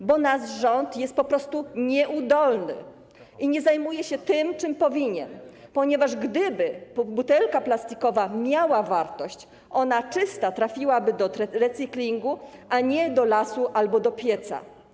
Dlatego że nasz rząd jest po prostu nieudolny i nie zajmuje się tym, czym powinien się zajmować, ponieważ gdyby butelka plastikowa miała wartość, to czysta trafiłaby do recyklingu, a nie do lasu albo do pieca.